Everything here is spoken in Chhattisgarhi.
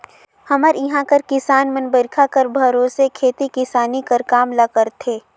हमर इहां कर किसान मन बरिखा कर भरोसे खेती किसानी कर काम ल करथे